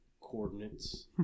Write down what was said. coordinates